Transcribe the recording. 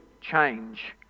change